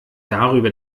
darüber